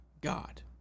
God